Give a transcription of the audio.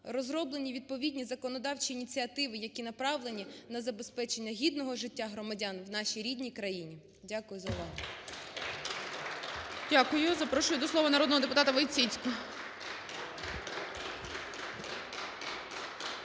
розроблені відповідні законодавчі ініціативи, які направлені на забезпечення гідного життя громадян в нашій рідній країні. Дякую за увагу.